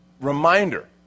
reminder